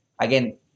again